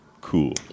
cool